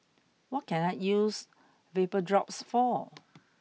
what can I use VapoDrops for